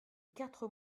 quatre